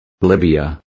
Libya